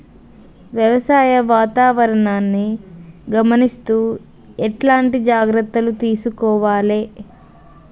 వ్యవసాయ వాతావరణాన్ని గమనిస్తూ ఎట్లాంటి జాగ్రత్తలు తీసుకోవాలే?